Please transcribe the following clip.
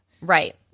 Right